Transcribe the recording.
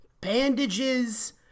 bandages